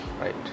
Right